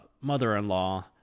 mother-in-law